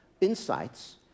insights